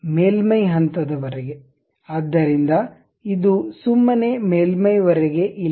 ಮೇಲ್ಮೈ ಹಂತದವರೆಗೆ ಆದ್ದರಿಂದ ಇದು ಸುಮ್ಮನೆ ಮೇಲ್ಮೈವರೆಗೆ ಇಲ್ಲ